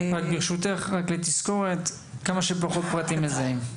ברשותך, לתזכורת, כמה שפחות פרטים מזהים.